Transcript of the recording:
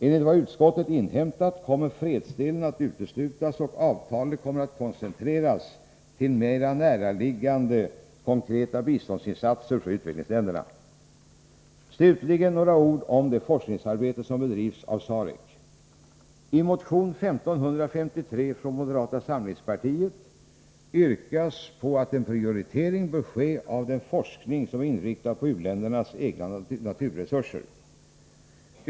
Enligt vad utskottet inhämtat kommer fredsdelen att uteslutas och avtalet kommer att koncentreras till mer närliggande, konkreta biståndsinsatser för utvecklingsländerna. Slutligen några ord om det forskningsarbete som bedrivs av SAREC. I motion 1553 från moderata samlingspartiet yrkas på att en prioritering bör ske av den forskning som är inriktad på u-ländernas egna naturresurser.